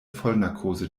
vollnarkose